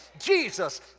Jesus